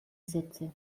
sätze